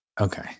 Okay